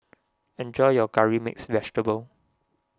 enjoy your Curry Mixed Vegetable